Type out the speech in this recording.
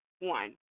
one